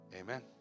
amen